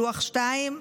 לוח 2,